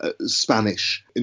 Spanish